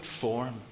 form